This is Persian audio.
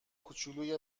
کوچولوی